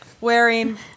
wearing